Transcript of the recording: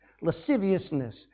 lasciviousness